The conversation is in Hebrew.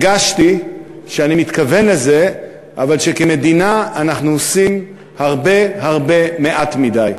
הרגשתי שאני מתכוון לזה אבל שכמדינה אנחנו עושים הרבה הרבה מעט מדי.